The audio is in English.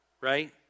right